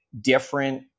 different